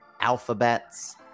Alphabets